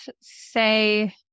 say